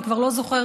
אני כבר לא זוכרת,